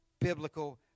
biblical